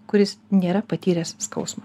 kuris nėra patyręs skausmo